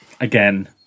Again